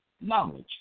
knowledge